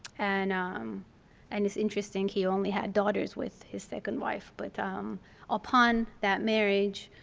and um and it's interesting he only had daughters with his second wife. but um upon that marriage